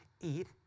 eat